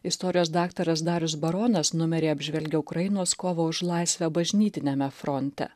istorijos daktaras darius baronas numeryje apžvelgia ukrainos kovą už laisvę bažnytiniame fronte